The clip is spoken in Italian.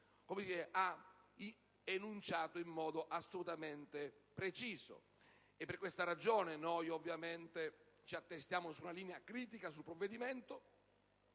ha enunciato in modo assolutamente preciso. Per questa ragione ci attestiamo su una linea critica verso il provvedimento